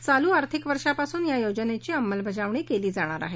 चालू आर्थिक वर्षापासून या योजनेची अंमलबजावणी केली जाणार आहे